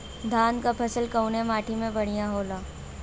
धान क फसल कवने माटी में बढ़ियां होला?